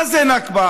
מה זה נכבה?